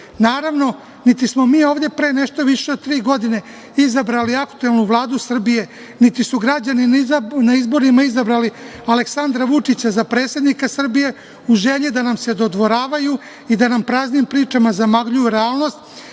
Naravno, niti smo mi ovde pre nešto više od tri godine izabrali aktuelnu Vladu Srbije, niti su građani na izborima izabrali Aleksandra Vučića za predsednika Srbije u želji da nam se dodvoravaju i da nam praznim pričama zamagljuju realnost,